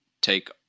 take